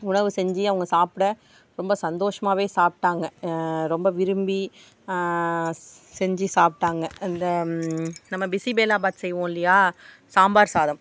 உணவு செஞ்சு அவங்க சாப்பிட ரொம்ப சந்தோஷமாகவே சாப்பிட்டாங்க ரொம்ப விரும்பி செஞ்சு சாப்பிட்டாங்க அந்த நம்ம பிசிபேலாபாத் செய்வோயில்லியா சாம்பார் சாதம்